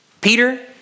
Peter